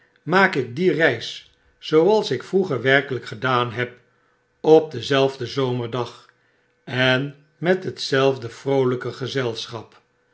maak ik die reis zooals ik vroeger werkelgk gedaan heb op denzelfden zomerdag en met hetzelfde vroolijke gezelschap